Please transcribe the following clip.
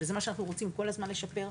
שזה מה שאנחנו רוצים כל הזמן לשפר,